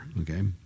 okay